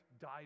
died